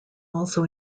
also